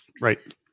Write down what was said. Right